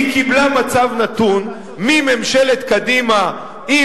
היא קיבלה מצב נתון מממשלת קדימה עם